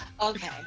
Okay